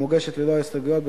המוגשת ללא הסתייגויות,